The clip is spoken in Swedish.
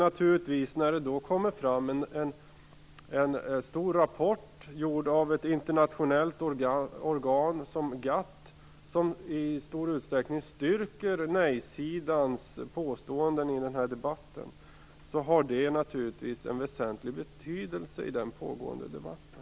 När det då kommer fram en stor rapport, gjord av ett internationellt organ som GATT, vilken i stor utsträckning styrker nejsidans påståenden i den här debatten, har det naturligtvis en väsentlig betydelse i den pågående debatten.